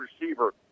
receiver